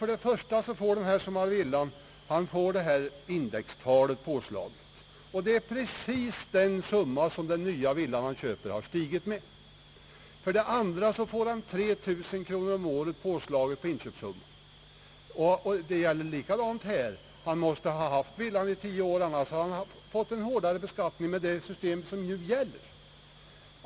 För det första får den som har villan detta indextal påslaget. Det är precis den summa med vilken den nya villa han köper har stigit på grund av inflationen. För det andra får han ett påslag på inköpssumman av 3000 kronor om året. Även här gäller att han måste ha haft villan i tio år. Annars får han en högre skatt med det system som nu gäller.